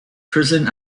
prison